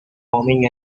farming